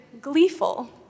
gleeful